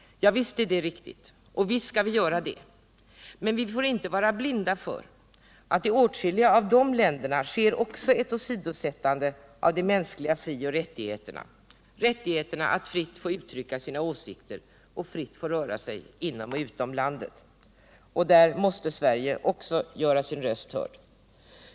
Visst är det riktigt, och visst skall vi göra det, men vi får inte vara blinda för att i åtskilliga av dessa länder sker också ett åsidosättande av de mänskliga frioch rättigheterna att fritt få uttrycka sina åsikter och fritt få röra sig inom och utom landet. Också i det sammanhanget måste Sverige göra sin röst hörd.